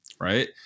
right